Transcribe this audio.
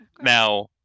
Now